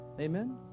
Amen